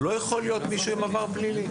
הוא לא יכול להיות מישהו עם עבר פלילי.